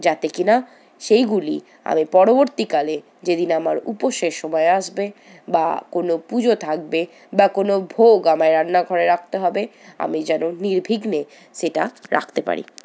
যাতে কিনা সেইগুলি আমি পরবর্তীকালে যেদিন আমার উপোসের সময় আসবে বা কোনও পুজো থাকবে বা কোনো ভোগ আমায় রান্নাঘরে রাখতে হবে আমি যেন নির্বিঘ্নে সেটা রাখতে পারি